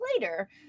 later